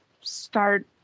start